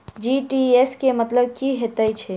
TGS केँ मतलब की हएत छै?